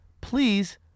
please